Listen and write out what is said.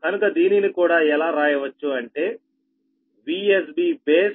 కనుక దీనిని కూడా ఎలా రాయవచ్చు అంటే VsB baseVsBb